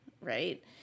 right